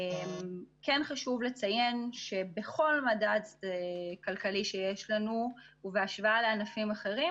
כן חשוב לציין שבכל מדד כלכלי שיש לנו ובהשוואה לענפים אחרים